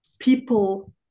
People